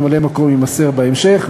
שם ממלא-מקום יימסר בהמשך.